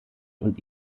und